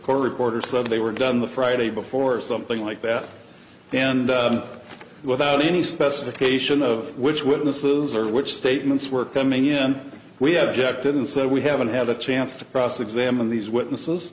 court reporter so they were done the friday before something like that and without any specification of which witnesses or which statements were coming in we had objected and said we haven't had a chance to cross examine these witnesses